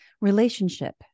Relationship